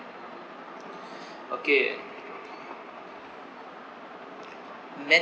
okay methods